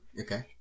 Okay